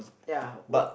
ya